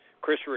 chris